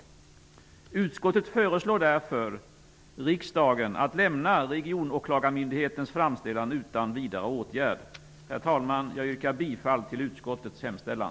Utskottet föreslår därför riksdagen att lämna regionåklagarmyndighetens framställan utan vidare åtgärd. Herr talman! Jag yrkar bifall till utskottets hemställan.